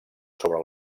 sobre